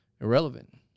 irrelevant